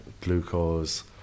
glucose